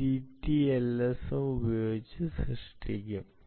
ഡിടിഎൽഎസും ഉപയോഗിച്ച് സൃഷ്ടിക്കും